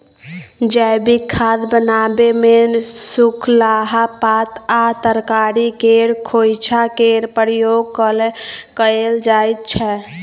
जैबिक खाद बनाबै मे सुखलाहा पात आ तरकारी केर खोंइचा केर प्रयोग कएल जाइत छै